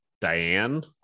diane